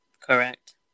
Correct